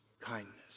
kindness